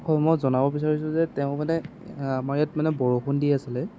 হয় মই জনাব বিচাৰিছোঁ যে তেওঁ মানে আমাৰ ইয়াত মানে বৰষুণ দি আছিলে